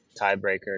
tiebreaker